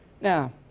now